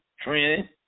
trend